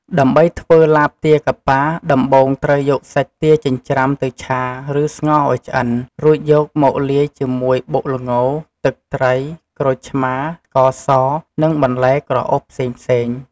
ដើម្បីធ្វើឡាបទាកាប៉ា ដំបូងត្រូវយកសាច់ទាចិញ្ច្រាំទៅឆា ឬស្ងោរឱ្យឆ្អិន រួចយកមកលាយជាមួយបុកល្ង ទឹកត្រី ក្រូចឆ្មារ ស្ករស និងបន្លែក្រអូបផ្សេងៗ។